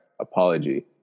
apology